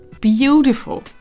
beautiful